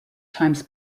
times